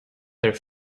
their